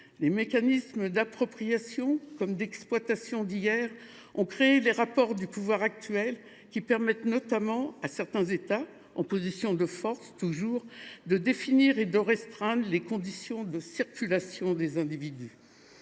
Les mécanismes d’appropriation et d’exploitation d’hier ont créé les rapports de pouvoir actuels, qui permettent notamment à certains États, toujours en position de force, de définir et de restreindre les conditions de circulation des individus.